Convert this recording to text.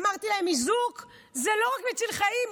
אמרתי להם: איזוק זה לא רק מציל חיים,